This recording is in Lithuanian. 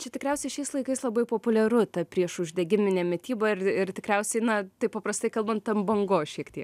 čia tikriausiai šiais laikais labai populiaru ta priešuždegiminė mityba ir ir tikriausiai na taip paprastai kalbant ant bangos šiek tiek